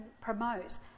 promote